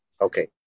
Okay